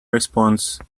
response